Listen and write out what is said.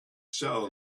soul